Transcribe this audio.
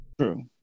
True